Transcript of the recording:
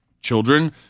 children